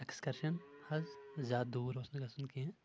excursion حظ زیادٕ دوٗر اوس نہٕ گژھُن کینٛہہ